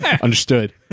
Understood